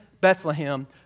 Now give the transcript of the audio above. Bethlehem